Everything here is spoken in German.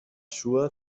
schuhe